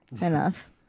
enough